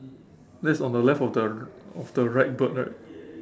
that's on the left of the r~ of the right bird right